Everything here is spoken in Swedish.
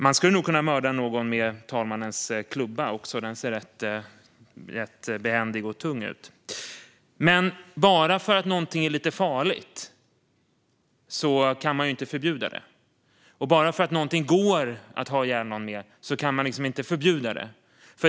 Man skulle nog kunna mörda någon med talmannens klubba också. Den ser rätt behändig och tung ut. Men bara för att någonting är lite farligt kan man inte förbjuda det. Bara för att det går att ha ihjäl någon med något kan man liksom inte förbjuda det.